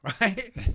Right